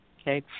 okay